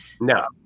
No